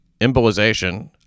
embolization